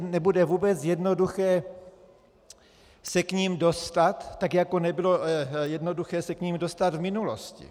Nebude vůbec jednoduché se k nim dostat, tak jako nebylo jednoduché se k nim dostat v minulosti.